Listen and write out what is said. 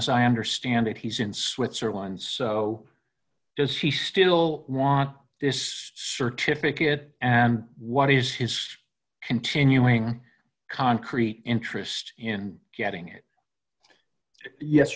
as i understand it he's in switzerland so does he still want this sir to fix it and what is his continuing concrete interest in getting it yes